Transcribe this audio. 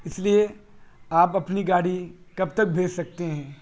اس لیے آپ اپنی گاڑی کب تک بھیج سکتے ہیں